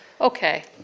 Okay